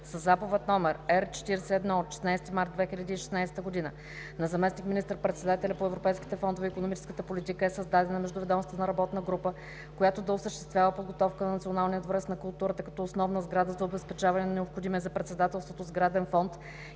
Със Заповед № Р-41 от 16 март 2016 г. на заместник министър председателя по европейските фондове и икономическа политика е създадена Междуведомствена работна група (МРГ), която да осъществява подготовка на Националния дворец на културата като основна сграда за обезпечаване на необходимия за председателството сграден фонд